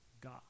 God